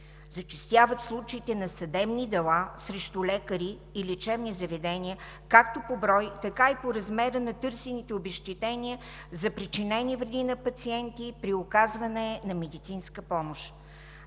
Зачестяват случаите на съдебни дела срещу лекари и лечебни заведения, както по броя, така и по размера на търсените обезщетения за причинени вреди на пациенти при оказване на медицинска помощ.